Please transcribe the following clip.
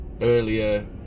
earlier